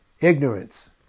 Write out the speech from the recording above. Ignorance